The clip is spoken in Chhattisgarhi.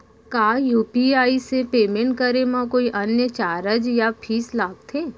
का यू.पी.आई से पेमेंट करे म कोई अन्य चार्ज या फीस लागथे?